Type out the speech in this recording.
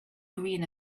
green